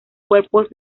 cuerpos